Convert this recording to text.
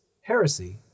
heresy